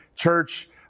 Church